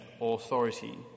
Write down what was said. authority